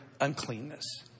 uncleanness